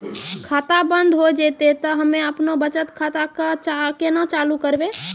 खाता बंद हो जैतै तऽ हम्मे आपनौ बचत खाता कऽ केना चालू करवै?